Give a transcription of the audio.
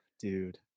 dude